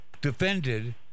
defended